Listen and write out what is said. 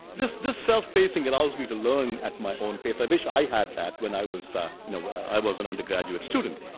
this this self-based system and allows me to learn at my own pace. i wish i had that when i was ah you know i was an undergraduate student.